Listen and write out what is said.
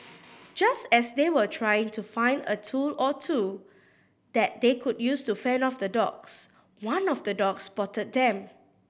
just as they were trying to find a tool or two that they could use to fend off the dogs one of the dogs spotted them